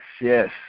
yes